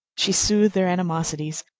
she soothed their animosities,